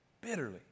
bitterly